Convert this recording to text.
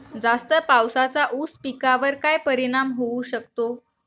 जास्त पावसाचा ऊस पिकावर काय परिणाम होऊ शकतो?